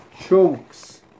Chunks